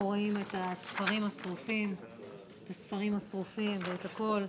פה רואים את הספרים השרופים ואת הכול.